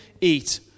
eat